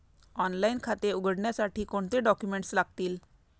Online खाते उघडण्यासाठी कोणते डॉक्युमेंट्स लागतील?